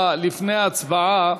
לפני ההצבעה,